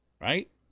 Right